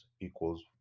equals